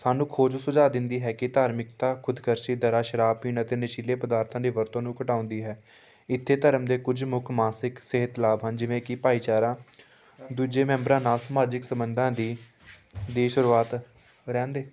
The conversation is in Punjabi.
ਸਾਨੂੰ ਖੋਜ ਸੁਝਾਅ ਦਿੰਦੀ ਹੈ ਕਿ ਧਾਰਮਿਕਤਾ ਖੁਦਕਰਸ਼ੀ ਦਰਾ ਸ਼ਰਾਬ ਪੀਣ ਅਤੇ ਨਸ਼ੀਲੇ ਪਦਾਰਥਾਂ ਦੀ ਵਰਤੋਂ ਨੂੰ ਘਟਾਉਂਦੀ ਹੈ ਇੱਥੇ ਧਰਮ ਦੇ ਕੁਝ ਮੁੱਖ ਮਾਨਸਿਕ ਸਿਹਤ ਲਾਭ ਹਨ ਜਿਵੇਂ ਕਿ ਭਾਈਚਾਰਾ ਦੂਜੇ ਮੈਂਬਰਾਂ ਨਾਲ ਸਮਾਜਿਕ ਸੰਬੰਧਾਂ ਦੀ ਦੀ ਸ਼ੁਰੂਆਤ ਰਹਿਣ ਦੇ